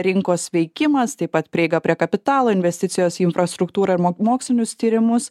rinkos veikimas taip pat prieiga prie kapitalo investicijos į infrastruktūrą ir mokslinius tyrimus